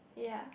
ya